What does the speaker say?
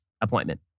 appointment